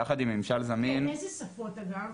יחד עם ממשל זמין -- באיזה שפות אגב?